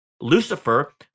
Lucifer